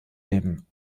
leben